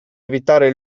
evitare